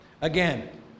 again